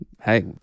hey